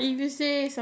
okay